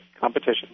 competition